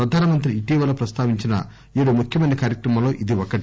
ప్రధాన మంత్రి ఇటీవల ప్రస్తావించిన ఏడు ముఖ్యమైన కార్యక్రమాల్లో ఇది ఒకటి